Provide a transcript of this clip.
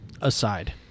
Aside